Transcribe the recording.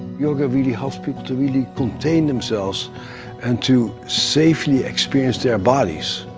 yoga really helps people to really contain themselves and to safely experience their bodies.